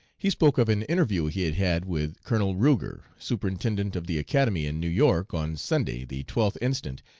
he spoke of an interview he had had with colonel ruger, superintendent of the academy, in new york, on sunday, the twelfth instant,